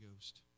Ghost